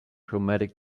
chromatic